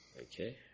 Okay